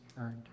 earned